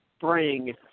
Bring